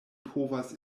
povas